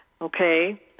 okay